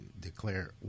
declare